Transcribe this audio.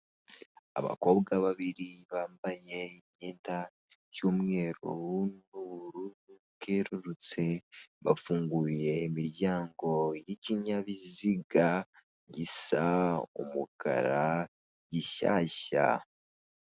Abakobwa babiri bambaye imyenda y'umweru n'ubururu bwerurutse bafunguye imiryango y'ikinyabiziga gisa umukara gishyashya.